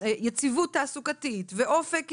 יציבות תעסוקתית ואופק התפתחותי,